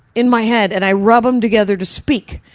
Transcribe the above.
in my head. and i rub them together to speak.